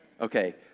Okay